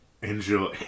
Enjoy